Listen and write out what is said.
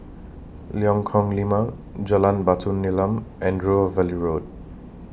Lengkong Lima Jalan Batu Nilam and River Valley Road